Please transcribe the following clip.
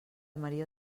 maria